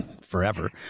forever